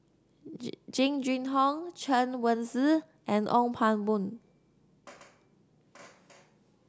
Ji Jing Jun Hong Chen Wen Hsi and Ong Pang Boon